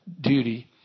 duty